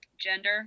gender